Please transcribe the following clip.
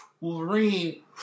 Wolverine